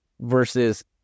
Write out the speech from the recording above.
versus